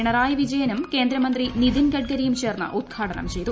പിണറായി വിജയനും കേന്ദ്രമന്ത്രി നിതിൻ ഗഡ്കരിയും ചേർന്ന് ഉദ്ഘാടനം ചെയ്തു